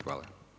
Hvala.